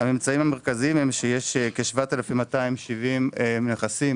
הממצאים המרכזיים הם שיש כ-7,270 נכסים